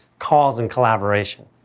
calls, and collaboration.